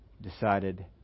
decided